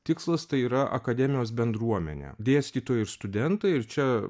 tikslas tai yra akademijos bendruomenė dėstytojai ir studentai ir čia